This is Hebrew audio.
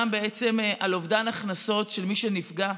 וגם בעצם על אובדן הכנסות של מי שנפגע,